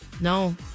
No